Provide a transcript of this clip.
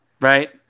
right